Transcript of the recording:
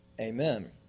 Amen